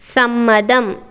സമ്മതം